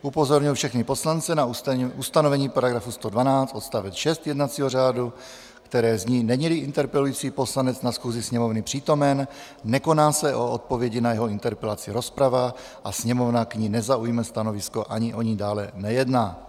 Upozorňuji všechny poslance na ustanovení § 112 odst. 6 jednacího řádu, které zní: Neníli interpelující poslanec na schůzi Sněmovny přítomen, nekoná se o odpovědi na jeho interpelaci rozprava a Sněmovna k ní nezaujme stanovisko ani o ní dále nejedná.